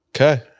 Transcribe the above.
Okay